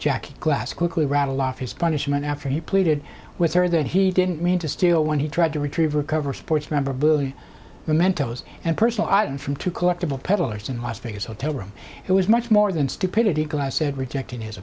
jackie glass quickly rattled off his punishment after he pleaded with her that he didn't mean to steal when he tried to retrieve recover sports memorabilia the mentos and personal items from two collectible peddlers in las vegas hotel room it was much more than stupidity glass said rejecting his